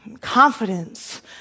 confidence